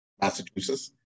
Massachusetts